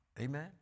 Amen